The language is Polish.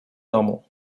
domu